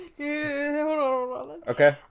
Okay